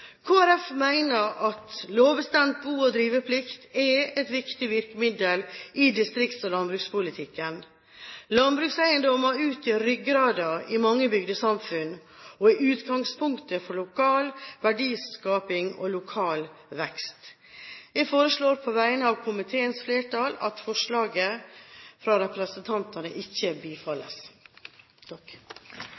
bo- og driveplikt er et viktig virkemiddel i distrikts- og landbrukspolitikken. Landbrukseiendommene utgjør ryggraden i mange bygdesamfunn og er utgangspunktet for lokal verdiskaping og lokal vekst. Jeg foreslår på vegne av komiteens flertall at forslaget fra representantene ikke